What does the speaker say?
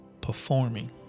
performing